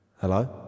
Hello